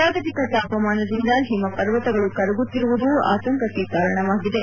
ಜಾಗತಿಕ ತಾಪಮಾನದಿಂದ ಹಿಮ ಪರ್ವತಗಳು ಕರಗುತ್ತಿರುವುದು ಆತಂಕಕ್ಕೆ ಕಾರಣವಾಗಿದೆ